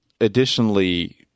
additionally